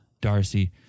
Darcy